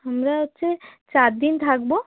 আমরা হচ্ছে চার দিন থাকবো